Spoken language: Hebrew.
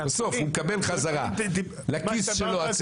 בסוף הוא מקבל חזרה לכיס שלו,